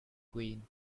queen